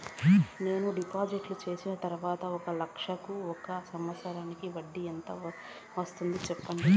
నేను డిపాజిట్లు చేసిన తర్వాత ఒక లక్ష కు ఒక సంవత్సరానికి వడ్డీ ఎంత వస్తుంది? సెప్పండి?